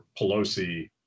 Pelosi